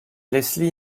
leslie